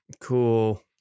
Cool